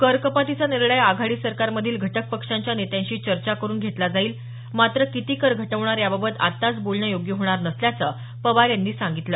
करकपातीचा निर्णय आघाडी सरकारमधील घटक पक्षांच्या नेत्यांशी चर्चा करून घेतला जाईल मात्र किती कर घटवणार याबाबत आत्ताच बोलणं योग्य होणार नसल्याचं पवार यांनी सांगितलं